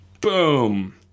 Boom